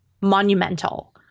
monumental